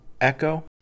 Echo